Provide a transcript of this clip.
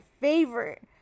favorite